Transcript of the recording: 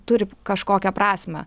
turi kažkokią prasmę